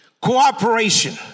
cooperation